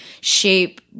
shape